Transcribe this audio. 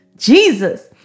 Jesus